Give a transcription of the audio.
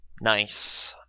Nice